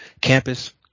campus